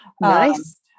Nice